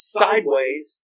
sideways